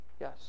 yes